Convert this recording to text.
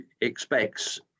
expects